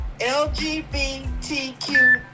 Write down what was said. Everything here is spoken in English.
LGBTQ